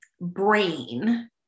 brain